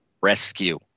rescue